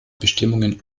bestimmungen